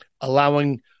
allowing